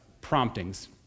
promptings